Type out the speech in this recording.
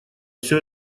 все